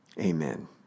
Amen